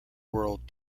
world